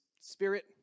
spirit